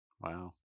Wow